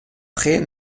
prêt